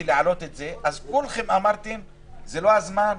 להעלות את זה וכולכם טענתם שזה לא הזמן,